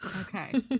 Okay